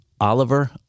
Oliver